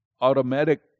automatic